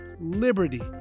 liberty